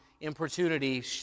importunity